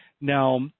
now